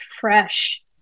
fresh